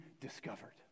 discovered